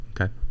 Okay